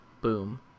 Boom